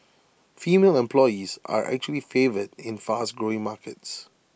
female employees are actually favoured in fast growing markets